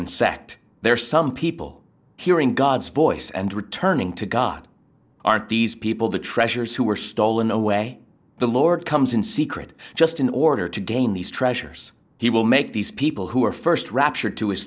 and sect there are some people hearing god's voice and returning to god aren't these people the treasures who were stolen away the lord comes in secret just in order to gain these treasures he will make these people who are st raptured to his